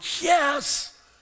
yes